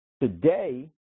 today